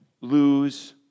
lose